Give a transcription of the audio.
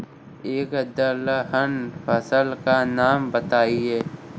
एक दलहन फसल का नाम बताइये